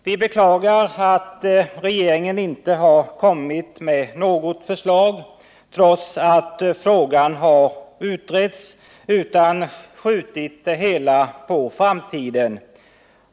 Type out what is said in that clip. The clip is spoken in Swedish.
Vi beklagar att regeringen inte har kommit med något förslag, trots att frågan har utretts, utan skjutit det hela på framtiden.